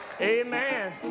Amen